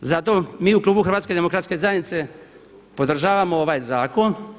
Zato mi u klubu HDZ-a podržavamo ovaj zakon.